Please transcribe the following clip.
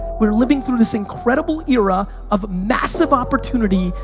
we're living through this incredible era of massive opportunity,